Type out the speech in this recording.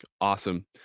awesome